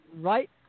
Right